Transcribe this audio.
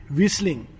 Whistling